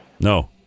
No